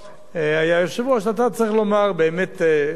זה בושה